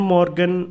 Morgan